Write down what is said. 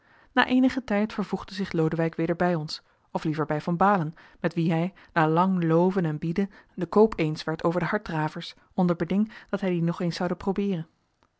na eenigen tijd vervoegde zich lodewijk weder bij ons of liever bij van baalen met wien hij na lang loven en bieden den koop eens werd over de harddravers onder beding dat hij die nog eens zoude probeeren